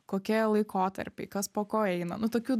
kokie jo laikotarpiai kas po ko eina nu tokių